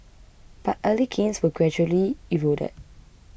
but early gains were gradually eroded